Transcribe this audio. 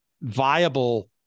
viable